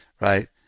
Right